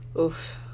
Oof